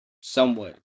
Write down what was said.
somewhat